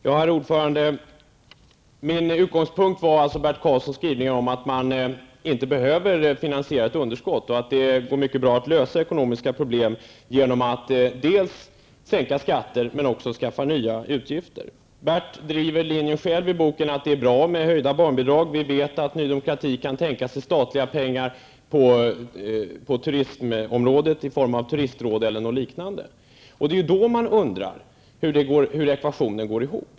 Herr talman! Min utgångspunkt var Bert Karlssons skrivning om att man inte behöver finansiera ett underskott och att det går mycket bra att lösa ekonomiska problem genom att dels sänka skatter, dels skaffa nya utgifter. I boken driver Bert linjen att det är bra med höjda barnbidrag. Vi vet att Ny Demokrati kan tänka sig statliga insatser på turismområdet i form av turistrådet eller något liknande. Det är då man undrar hur ekvationen går ihop.